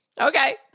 Okay